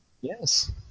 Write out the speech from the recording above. Yes